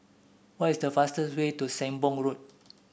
what is the fastest way to Sembong Road